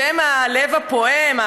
שהם הלב הפועם,